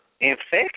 Infection